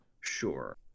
sure